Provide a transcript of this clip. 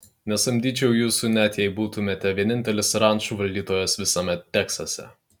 nesamdyčiau jūsų net jei būtumėte vienintelis rančų valdytojas visame teksase